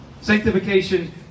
Sanctification